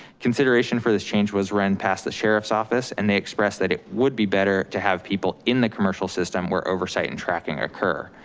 consideration for this change was ran past the sheriff's office and they expressed that it would be better to have people in the commercial system where oversight and tracking occur.